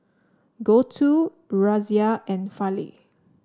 Gouthu Razia and Fali